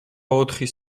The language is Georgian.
ოთხი